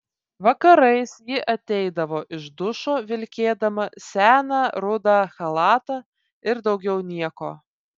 vakarais ji ateidavo iš dušo vilkėdama seną rudą chalatą ir daugiau nieko